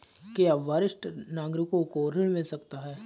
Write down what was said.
क्या वरिष्ठ नागरिकों को ऋण मिल सकता है?